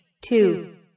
two